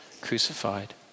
crucified